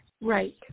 Right